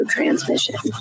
Transmission